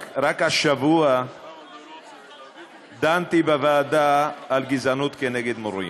רק השבוע דנתי בוועדה על פגיעות נגד מורים.